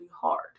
hard